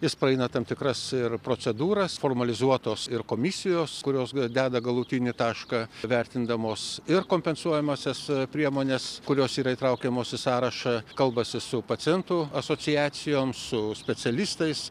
jis praeina tam tikras ir procedūras formalizuotos ir komisijos kurios deda galutinį tašką vertindamos ir kompensuojamąsias priemones kurios yra įtraukiamos į sąrašą kalbasi su pacientu asociacijom su specialistais